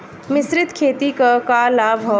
मिश्रित खेती क का लाभ ह?